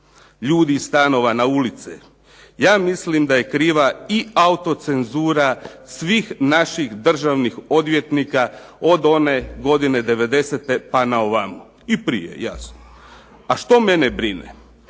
ljudi iz stanova na ulice, ja mislim da je kriva i autocenzura svih naših državnih odvjetnika, od one godine '90. pa naovamo, i prije jasno. Pa što mene brine?